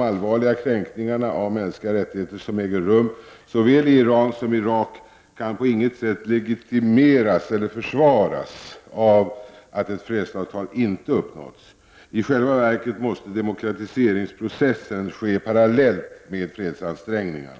allvarliga kränkningarna av mänskliga rättigheter som äger rum i såväl Iran som Irak, kan dock på inget sätt legitimeras eller försvaras av att ett fredsavtal inte uppnåtts. I själva verket måste demokratiseringsprocessen ske parallellt med fredsansträngningarna.